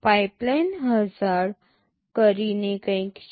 pipeline hazard કરીને કંઈક છે